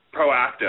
proactive